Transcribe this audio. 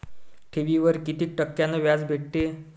ठेवीवर कितीक टक्क्यान व्याज भेटते?